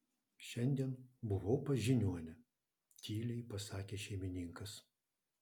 šiandien buvau pas žiniuonę tyliai pasakė šeimininkas